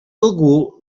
algú